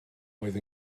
oedd